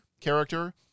character